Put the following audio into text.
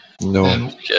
No